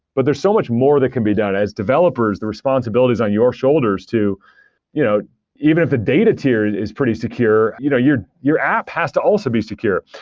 but there's so much more that can be done as developers. the responsibilities on your shoulders to you know even if the data tier is pretty secure, you know your your app has to also be secure.